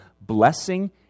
blessing